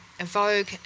evoke